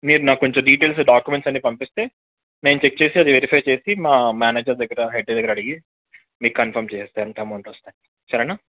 మీరు నాకు కొంచెం డీటెయిల్స్ డాక్యుమెంట్స్ అన్నీ పంపిస్తే నేను చెక్ చేసి అది వెరిఫై చేసి మా మ్యానేజర్ దగ్గర హెడ్ దగ్గర అడిగి మీకు కన్ఫర్మ్ చేసేస్తాను ఎంత అమౌంట్ వస్తుంది సరేనా